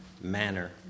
manner